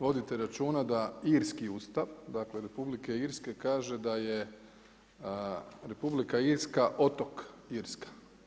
Vodite računa da irski ustav, dakle Republike Irske kaže da je Republika Irska, otok Irska.